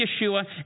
Yeshua